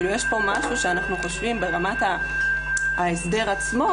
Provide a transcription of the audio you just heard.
יש פה משהו שאנחנו חושבים ברמת ההסדר עצמו,